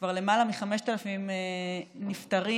כבר למעלה מ-5,000 נפטרים,